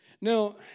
Now